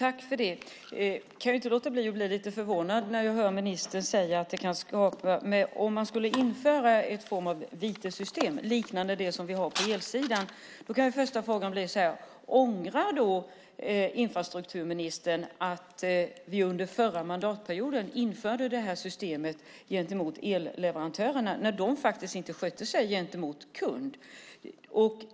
Herr talman! Jag blir lite förvånad när jag hör ministern ifrågasätta att ett vitessystem liknande det som finns på elsidan ska införas. Ångrar infrastrukturministern att vi under förra mandatperioden införde detta system gentemot elleverantörerna när de faktiskt inte skötte sig mot kunderna?